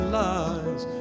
lies